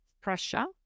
pressure